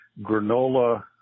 granola